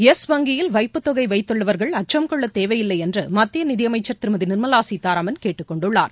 yes வங்கியில் வைப்புத்தொகைவைத்துள்ளவர்கள் அச்சம் கொள்ளத் தேவையில்லைஎன்றுமத்தியநிதிஅமைச்சர் திருமதிநிர்மலாசீதாராமன் கேட்டுக் கொண்டுள்ளார்